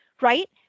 right